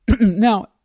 Now